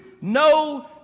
no